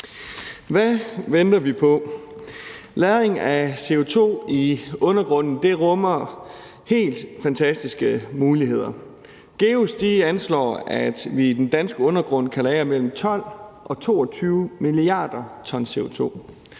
Hvad venter vi på? Lagring af CO2 i undergrunden rummer helt fantastiske muligheder. GEUS anslår, at vi i den danske undergrund kan lagre mellem 12 og 22 mia. t CO2.